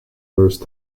first